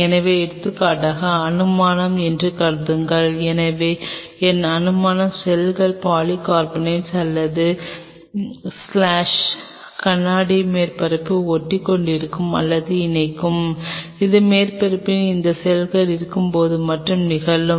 எனவே எடுத்துக்காட்டாக அனுமானம் என்று கருதுங்கள் எனவே என் அனுமானம் செல்கள் பாலிகார்பனேட் அல்லது ஸ்லாஷ் கண்ணாடி மேற்பரப்பில் ஒட்டிக்கொண்டிருக்கும் அல்லது இணைக்கப்படும் இது மேற்பரப்பில் இந்த செல்கள் இருக்கும்போது மட்டுமே நிகழும்